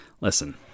listen